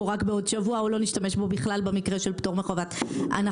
רק בעוד שבוע או לא נשתמש בו בכלל במקרה של פטור מחובת הנחה.